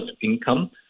income